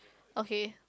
okay